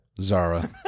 Zara